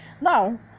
Now